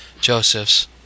Joseph's